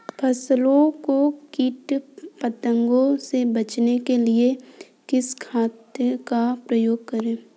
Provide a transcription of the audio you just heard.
फसलों को कीट पतंगों से बचाने के लिए किस खाद का प्रयोग करें?